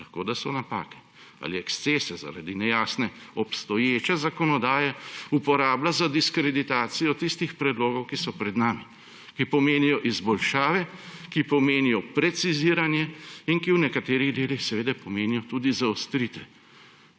lahko, da so napake – ali ekscese zaradi nejasne obstoječe zakonodaje uporablja za diskreditacijo tistih predlogov, ki so pred nami, ki pomenijo izboljšave, ki pomenijo preciziranje in ki v nekaterih delih seveda pomenijo tudi zaostritve,